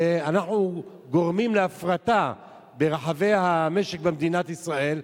ואנחנו גורמים להפרטה ברחבי המשק במדינת ישראל,